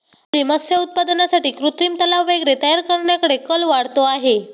हल्ली मत्स्य उत्पादनासाठी कृत्रिम तलाव वगैरे तयार करण्याकडे कल वाढतो आहे